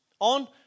on